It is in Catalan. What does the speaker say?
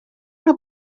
una